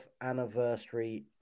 anniversary